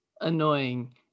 annoying